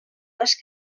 les